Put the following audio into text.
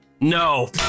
No